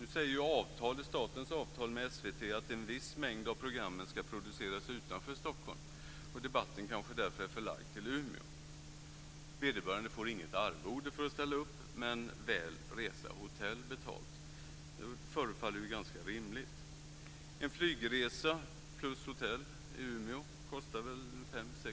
Nu säger statens avtal med SVT att en viss mängd av programmen ska produceras utanför Stockholm, och debatten kanske därför är förlagd till Umeå. Vederbörande får inget arvode för att ställa upp men väl resa och hotell betalda. Det förefaller ju ganska rimligt. En flygresa plus hotell i Umeå kostar väl 5 000-6